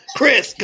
Chris